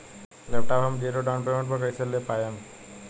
Laptop हम zero down payment पर कैसे ले पाएम?